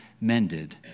mended